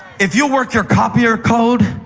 if you work your copier code,